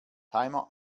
timer